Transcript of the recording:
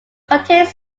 contained